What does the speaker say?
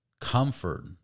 comfort